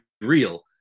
real